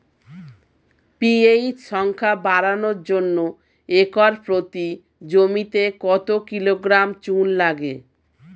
PH সংখ্যা বাড়ানোর জন্য একর প্রতি জমিতে কত কিলোগ্রাম চুন লাগে?